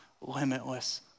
limitless